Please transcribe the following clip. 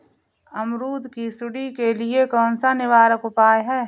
अमरूद की सुंडी के लिए कौन सा निवारक उपाय है?